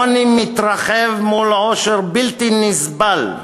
עוני מתרחב מול עושר בלתי נסבל,